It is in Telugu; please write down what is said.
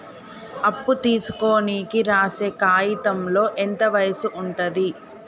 అప్పు తీసుకోనికి రాసే కాయితంలో ఎంత వయసు ఉంటది?